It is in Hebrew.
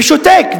ושותק,